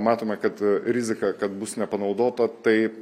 matome kad rizika kad bus nepanaudota taip